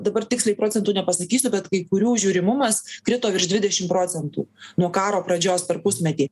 dabar tiksliai procentų nepasakysiu bet kai kurių žiūrimumas krito virš dvidešim procentų nuo karo pradžios per pusmetį